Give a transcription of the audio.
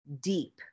deep